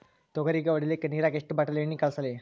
ತೊಗರಿಗ ಹೊಡಿಲಿಕ್ಕಿ ನಿರಾಗ ಎಷ್ಟ ಬಾಟಲಿ ಎಣ್ಣಿ ಕಳಸಲಿ?